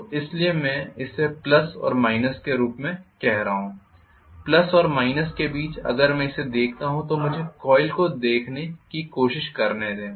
तो इसीलिए मैं इसे प्लस और माइनस के रूप में कह रहा हूं प्लस और माइनस के बीच अगर मैं इसे देखता हूं तो मुझे कॉइल को देखने की कोशिश करने दें